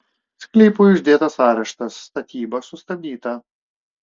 sklypui uždėtas areštas statyba sustabdyta